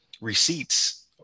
receipts